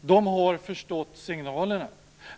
De har förstått signalerna.